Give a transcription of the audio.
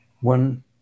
one